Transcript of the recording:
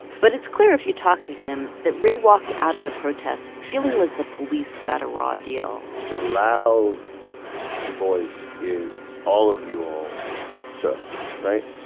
but it's clear if you talk to him that ray walked out of the protests feeling like the police got a raw deal the loud voice is all of you all suck, right?